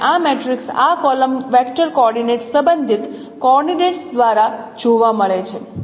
અને આ મેટ્રિક્સ આ કોલમ વેક્ટર કોઓર્ડિનેટ્સ સંબંધિત કોઓર્ડિનેટ્સ દ્વારા જોવા મળે છે